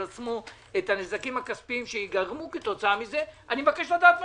עצמו את הנזקים הכספיים שייגרמו כתוצאה מזה אני מבקש לדעת מסקנות.